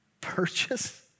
purchase